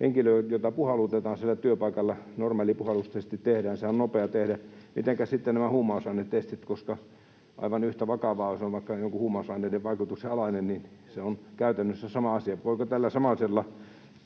henkilölle, jota puhallutetaan siellä työpaikalla, tehdään normaali puhallustesti — sehän on nopea tehdä — mutta mitenkä sitten nämä huumausainetestit? Aivan yhtä vakavaa on, jos on vaikka joidenkin huumausaineiden vaikutuksen alainen, se on käytännössä sama asia. Voiko tällä samaisella